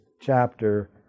chapter